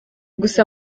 gusa